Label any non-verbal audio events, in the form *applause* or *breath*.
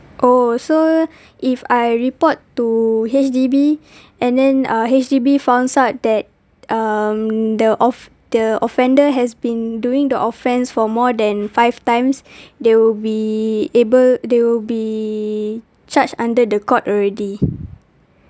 oh so if I report to H_D_B and then uh H_D_B finds out that um the off~ the offender has been doing the offence for more than five times *breath* they will be able they will be charged under the court already